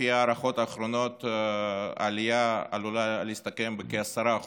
ולפי הערכות אחרונות העלייה עלולה להסתכם בכ-10%